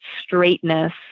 straightness